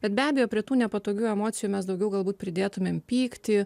bet be abejo prie tų nepatogių emocijų mes daugiau galbūt pridėtumėm pyktį